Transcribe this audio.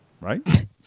Right